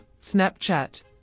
Snapchat